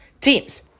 teams